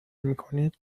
میکنید